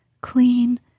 clean